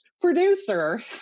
producer